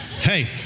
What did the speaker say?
Hey